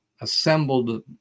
assembled